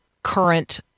Current